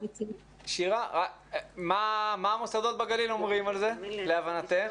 מה המוסדות בגליל אומרים על זה להבנתך?